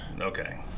Okay